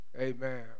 Amen